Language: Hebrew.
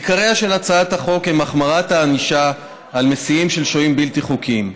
עיקריה של הצעת החוק הם החמרת הענישה על מסיעים של שוהים בלתי חוקיים,